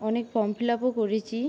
অনেক form fill আপও করেছি